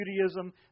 Judaism